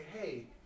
hey